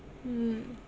mm